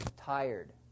tired